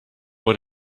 what